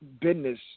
business